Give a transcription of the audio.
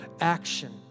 action